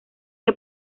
que